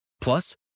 Plus